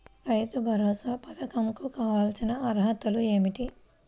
రైతు భరోసా పధకం కు కావాల్సిన అర్హతలు ఏమిటి?